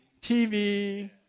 TV